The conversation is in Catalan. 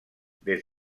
des